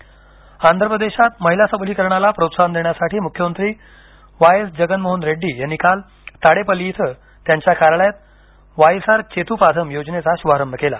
योजना आंध्र प्रदेशात महिला सबलीकरणाला प्रोत्साहन देण्यासाठी मुख्यमंत्री वाय एस जगन मोहन रेड्डी यांनी काल ताडेपल्ली इथं त्यांच्या कार्यालयात वाईएसआर चेथू पाधम योजनेचा शुभारंभ केला